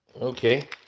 Okay